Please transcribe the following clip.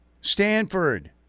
Stanford